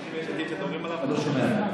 אני לא שומע.